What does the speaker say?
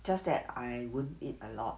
just that I won't eat a lot